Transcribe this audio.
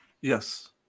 Yes